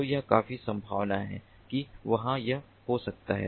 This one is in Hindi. तो यह काफी संभावना है कि वहाँ यह हो सकता है